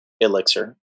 elixir